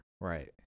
Right